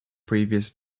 previous